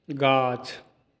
गाछ